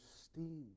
esteem